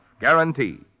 guarantee